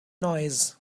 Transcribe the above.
noise